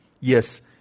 Yes